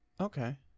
Okay